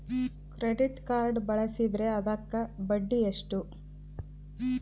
Credit card ಬಳಸಿದ್ರೇ ಅದಕ್ಕ ಬಡ್ಡಿ ಎಷ್ಟು?